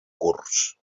curs